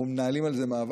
אנחנו מנהלים על זה מאבק,